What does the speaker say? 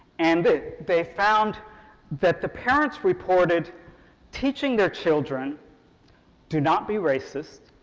and they found that the parents reported teaching their children do not be racist,